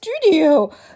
studio